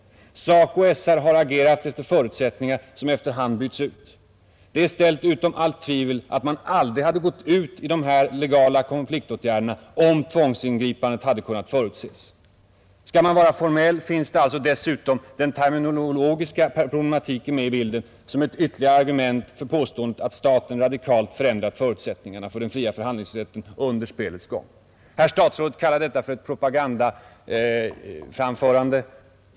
SACO och SR har agerat efter förutsättningar som efter hand bytts ut. Det är ställt utom allt tvivel att man aldrig hade gått ut i dessa legala konfliktåtgärder, om tvångsingripandet hade kunnat förutses. Skall vi vara formella, finns alltså dessutom den terminologiska problematiken med i bilden som ytterligare ett argument för påståendet att staten under spelets gång radikalt förändrat förutsättningarna för den fria förhandlingsrätten. Herr statsrådet kallade mitt förra anförande ett propagandainlägg.